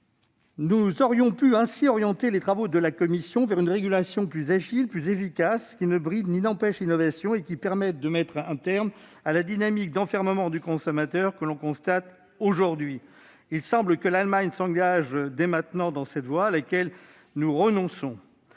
Nous aurions pu ainsi orienter les travaux de la Commission européenne vers une régulation plus agile, plus efficace, qui ne bride ni n'empêche l'innovation et qui permette de mettre un terme à la dynamique actuelle d'enfermement du consommateur. Il semble que l'Allemagne s'engage dès à présent dans cette direction à laquelle nous renonçons